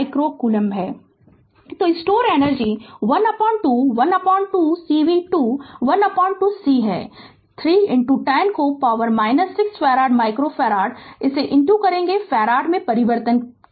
Refer Slide Time 2132 तो store energy 12 12cv 2 12 c है 3 10 को पावर 6 फैराड माइक्रो फैराड इसे फैराड में परिवर्तित करें